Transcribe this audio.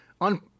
On